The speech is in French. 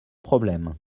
problème